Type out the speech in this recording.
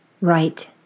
right